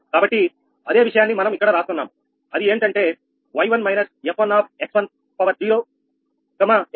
కాబట్టి అదే విషయాన్ని మనం ఇక్కడ రాస్తున్నాము అది ఏంటంటే y1 − 𝑓1x1 x2